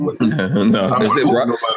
no